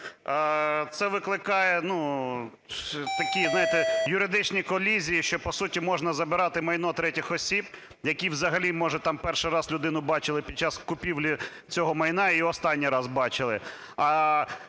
Це викликає такі, знаєте, юридичні колізії, що по суті можна забирати майно третіх осіб, які взагалі може там перший раз людину бачили під час купівлі цього майна і останній раз бачили,